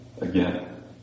again